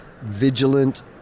vigilant